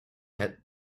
had